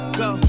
go